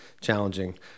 challenging